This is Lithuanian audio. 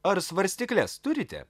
ar svarstykles turite